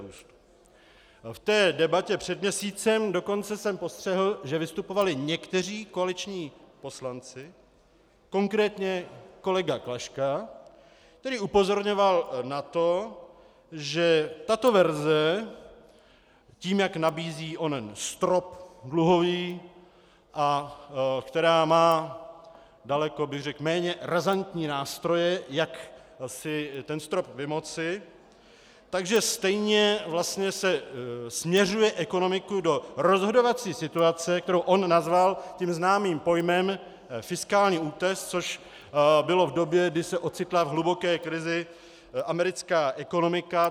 V debatě před měsícem jsem dokonce postřehl, že vystupovali někteří koaliční poslanci, konkrétně kolega Klaška, který upozorňoval na to, že tato verze tím, jak nabízí onen dluhový strop, a která má daleko, bych řekl, méně razantní nástroje, jak si ten strop vymoci, tak že stejně vlastně směřuje ekonomiku do rozhodovací situace, kterou on nazval tím známým pojmem fiskální útes, což bylo v době, kdy se ocitla v hluboké krizi americká ekonomika.